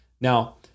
Now